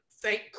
thank